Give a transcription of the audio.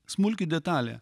smulki detalė